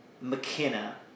McKenna